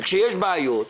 שכאשר יש בעיות,